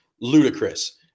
ludicrous